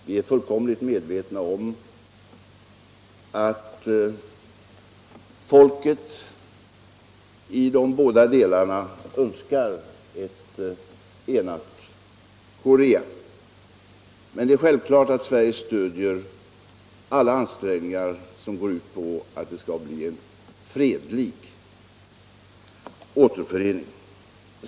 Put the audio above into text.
Vi är fullkomligt medvetna om att folket i de båda delarna önskar ett enat Korea. Men det är självklart att Sverige stödjer alla ansträngningar som går ut på att det skall bli en fredlig återförening.